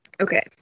Okay